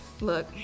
Look